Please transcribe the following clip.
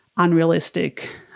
unrealistic